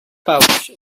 pouch